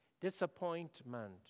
disappointment